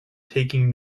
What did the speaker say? taking